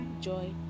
joy